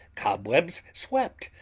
cobwebs swept,